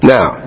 Now